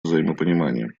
взаимопонимание